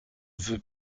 veut